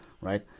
right